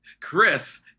Chris